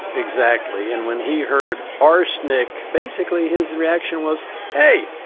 exactly and when he heard arsenic basically his reaction was hey,